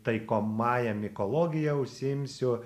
taikomąja mikologija užsiimsiu